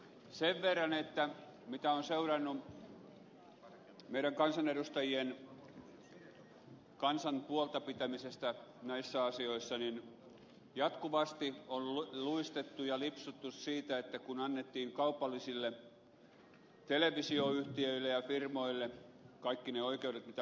sen verran mitä olen seurannut meidän kansanedustajien kansan puolta pitämistä näissä asioissa niin jatkuvasti on luistettu ja lipsuttu siinä kun annettiin kaupallisille televisioyhtiöille ja firmoille kaikki ne oikeudet mitä on annettu